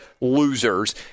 losers